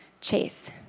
chase